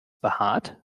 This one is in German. behaart